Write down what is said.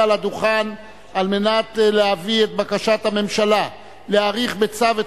לדוכן על מנת להביא את בקשת הממשלה להאריך בצו את